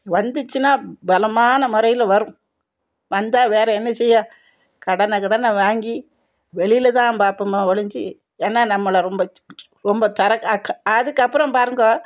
வந்துச்சின்னால் பலமான முறையில் வரும் வந்தா வேற என்ன செய்ய கடனை கிடனை வாங்கி வெளியில தான் பார்ப்போமே ஒளிஞ்சி ஏன்னா நம்மளை ரொம்ப ரொம்ப தரக் அதுக்கு அப்புறம் பாருங்க